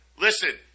listen